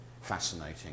fascinating